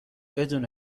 بدون